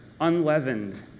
unleavened